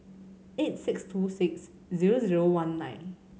eight six two six zero zero one nine